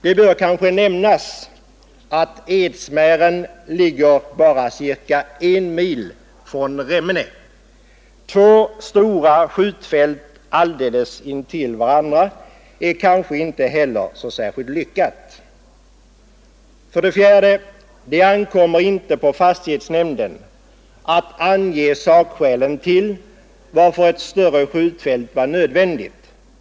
Det bör kanske nämnas att Edsmären ligger bara ca 1 mil från Remmene. Två stora skjutfält alldeles intill varandra är kanske inte heller så särskilt lyckat. För det fjärde: Det ankommer inte på fastighetsnämnden att ange sakskälen till att ett större skjutfält var nödvändigt.